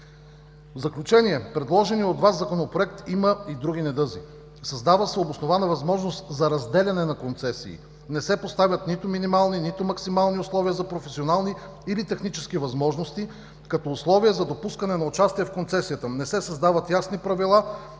В заключение – предложеният от Вас Законопроект има и други недъзи: създава се обоснована възможност за разделяне на концесии; не се поставят нито минимални, нито максимални условия за професионални или технически възможности като условия за допускане на участие в концесията; не се създават ясни правила